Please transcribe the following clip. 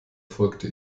folgte